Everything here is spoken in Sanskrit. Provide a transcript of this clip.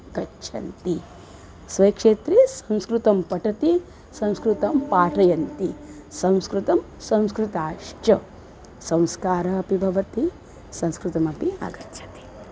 गच्छन्ति स्वक्षेत्रे संस्कृतं पठति संस्कृतं पाठयन्ति संस्कृतं संस्कृतश्च संस्कारः अपि भवति संस्कृतमपि आगच्छति